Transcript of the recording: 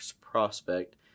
prospect